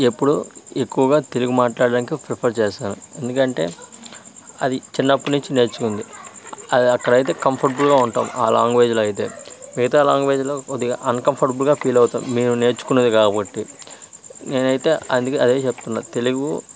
ఎప్పుడు ఎక్కువగా తెలుగు మాట్లాడడానికి ప్రిఫర్ చేస్తాను ఎందుకంటే అది చిన్నపటి నుండి నేర్చుకుంది అది అక్కడ అయితే కంఫర్టబుల్గా ఉంటాం ఆ లాంగ్వేజ్లో అయితే మిగతా లాంగ్వేజ్లో కొద్దిగా అన్ కంఫర్టబుల్గా ఫీల్ అవుతాం మేము నేర్చుకునేది కాబట్టి నేను అయితే అందుకు అదే చెప్తున్న తెలుగు